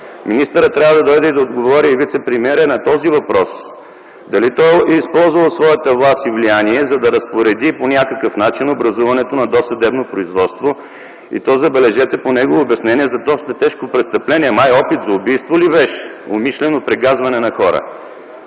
трябва да дойде и да отговори на този въпрос: дали е използвал своята власт и влияние, за да разпореди по някакъв начин образуването на досъдебно производство и, забележете, по негово обяснение, за доста тежко престъпление - опит за убийство ли беше, за умишлено прегазване на хора